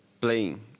playing